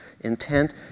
intent